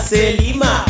Selima